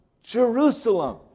Jerusalem